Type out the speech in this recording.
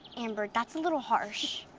amber, that's a little harsh.